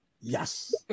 yes